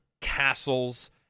castles